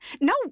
no